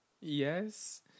Yes